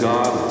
God